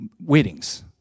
weddings